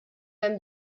hemm